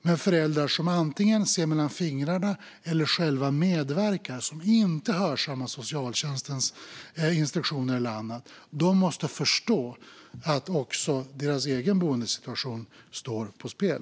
Men föräldrar som antingen ser mellan fingrarna eller själva medverkar, som inte hörsammar socialtjänstens instruktioner eller annat, måste förstå att också deras egen boendesituation står på spel.